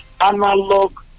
analog